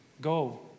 go